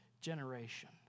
generation